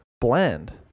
blend